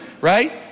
Right